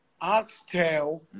oxtail